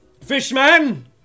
fishman